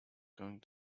going